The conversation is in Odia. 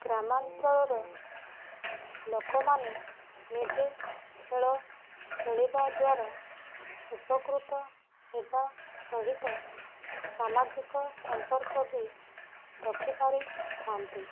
ଗ୍ରାମାଞ୍ଚଳର ଲୋକମାନେ ନିଜେ ଖେଳ ଖେଳିବା ଦ୍ଵାରା ଉପକୃତ ହେବା ସହିତ ସାମାଜିକ ସମ୍ପର୍କ ବି ରଖି ପାରିଥାଆନ୍ତି